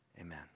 Amen